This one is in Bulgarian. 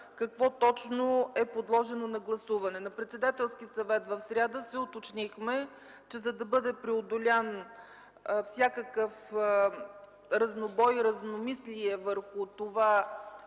какво точно е подложено на гласуване. На Председателския съвет в сряда се уточнихме, че за да бъде преодолян всякакъв разнобой, разномислие върху това